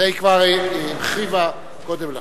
את זה היא כבר הרחיבה קודם לכן.